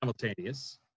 simultaneous